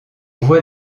voit